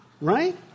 right